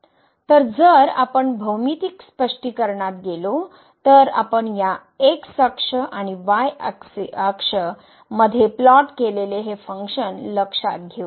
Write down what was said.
तर जर आपण भौमितिक स्पष्टीकरणात गेलो तर आपण या X अक्ष आणि Y axis मध्ये प्लॉट केलेले हे फंक्शन लक्षात घेऊ